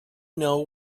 know